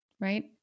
right